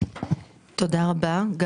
תודה רבה על